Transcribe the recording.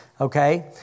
okay